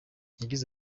yagize